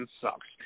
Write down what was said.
sucks